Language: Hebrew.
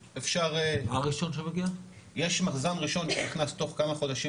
יש מחז"מ ראשון שנכנס תוך כמה חודשים